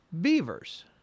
Beavers